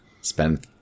Spend